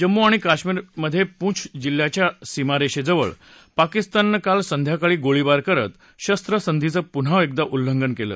जम्मू आणि काश्मीरमध्ये पूंछ जिल्ह्याच्या सीमारेषेजवळ पाकिस्ताननं काल संध्याकाळी गोळीबार करत शस्त्रसंधीचं पुन्हा एकदा उल्लंघन केलं